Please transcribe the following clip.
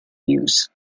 views